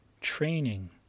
training